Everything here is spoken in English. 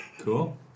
Cool